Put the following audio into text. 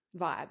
vibe